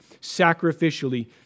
sacrificially